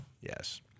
Yes